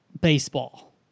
baseball